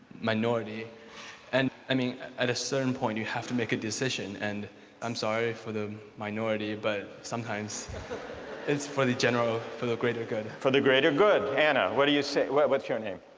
minority and i mean at a certain point you have to make a decision and i'm sorry for the minority but sometimes it's for the general for the greater good. for the greater good, anna what do you say? what's your name?